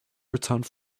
returned